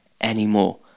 anymore